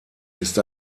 ist